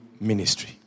ministry